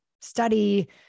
study